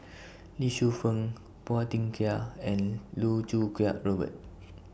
Lee Shu Fen Phua Thin Kiay and Loh Choo Kiat Robert